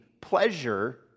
pleasure